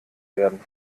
werden